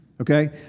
okay